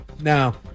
now